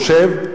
אני חושב,